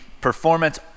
performance